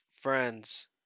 friends